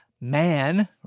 man